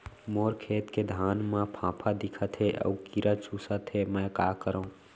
मोर खेत के धान मा फ़ांफां दिखत हे अऊ कीरा चुसत हे मैं का करंव?